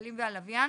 הכבלים והלוויין,